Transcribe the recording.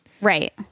right